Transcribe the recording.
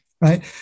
Right